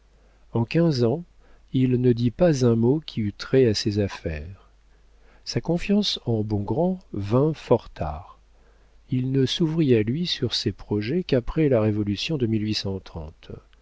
en quinze ans il ne dit pas un mot qui eût trait à ses affaires sa confiance en bongrand vint fort tard il ne s'ouvrit à lui sur ses projets qu'après la révolution de